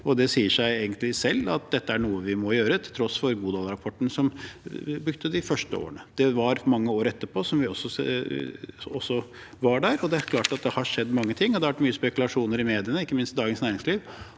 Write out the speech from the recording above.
seg egentlig selv at dette er noe vi må gjøre, til tross for Godal-rapporten, som brukte de første årene. Vi var der også i mange år etterpå, og det er klart at det har skjedd mange ting. Det har vært mye spekulasjoner i mediene, ikke minst i Dagens Næringsliv,